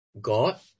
God